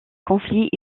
conflits